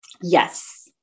Yes